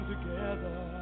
together